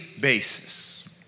basis